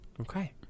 Okay